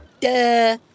Duh